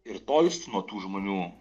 ir tolsti nuo tų žmonių